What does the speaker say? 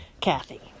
Kathy